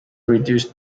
reduced